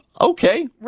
okay